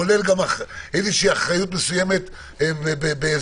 כולל אחריות בעזרה,